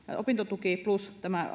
opintotuki plus tämä